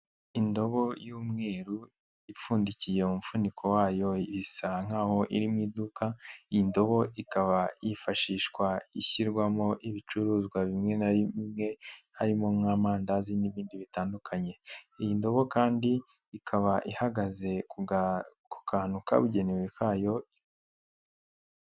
Indobo y'umweru ipfundikiye umufuniko wayo isa nkaho' iri mu iduka, iyi ndobo ikaba yifashishwa ishyirwamo ibicuruzwa bimwe na bimwe, harimo nk'amandazi n'ibindi bitandukanye, iyi ndobo kandi ikaba ihagaze ku kantu kabugenewe kayo.